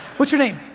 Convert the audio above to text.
what's your name?